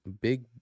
big